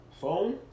Phone